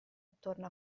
attorno